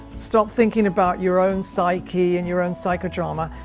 stop thinking about your own psyche and your own psychodrama.